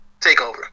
TakeOver